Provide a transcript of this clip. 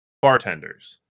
Bartenders